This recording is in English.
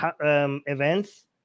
Events